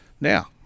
Now